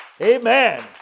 Amen